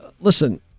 listen